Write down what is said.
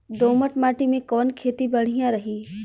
दोमट माटी में कवन खेती बढ़िया रही?